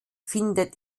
findet